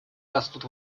растут